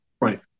right